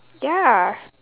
ya